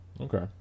Okay